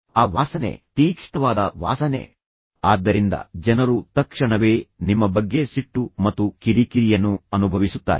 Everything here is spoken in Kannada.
ಆ ವಾಸನೆ ತೀಕ್ಷ್ಣವಾದ ವಾಸನೆ ಆದ್ದರಿಂದ ಜನರು ತಕ್ಷಣವೇ ನಿಮ್ಮ ಬಗ್ಗೆ ಸಿಟ್ಟು ಮತ್ತು ಕಿರಿಕಿರಿಯನ್ನು ಅನುಭವಿಸುತ್ತಾರೆ